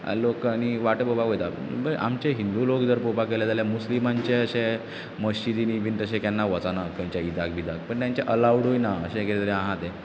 लोक आनी वांटो पोवपाक वयता इवन आमचे हिंदू लोक जर पोवपाक गेले जाल्यार मुस्लीमांचे अशें मश्जिदी बी तशें केन्ना वचना तेंचे ईदाक बिदाक पूण तेंचें अलाव्डूय ना अशें कितें तरी आहा तें